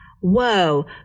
Whoa